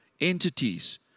entities